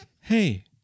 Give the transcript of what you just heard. hey